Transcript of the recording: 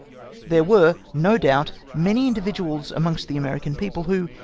there were, no doubt, many mdividuals amongst the american people who,